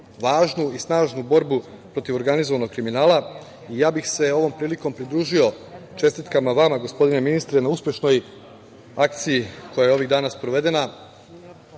važnu i snažnu borbu protiv organizovanog kriminala i ja bih se ovom prilikom pridružio čestitkama vama, gospodine ministre, na uspešnoj akciji koja je ovih dana sprovedena